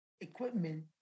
equipment